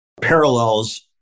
parallels